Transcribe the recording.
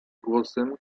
głosem